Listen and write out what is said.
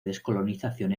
descolonización